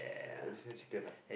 uh additional chicken ah